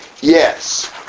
Yes